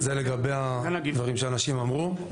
זה לגבי הדברים שאנשים אמרו.